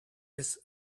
its